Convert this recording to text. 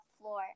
floor